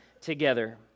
together